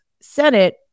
Senate